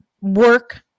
work